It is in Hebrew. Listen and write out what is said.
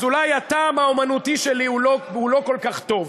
אז אולי הטעם האמנותי שלי הוא לא כל כך טוב.